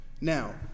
Now